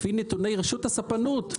לפי נתוני רשות הספנות,